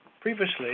previously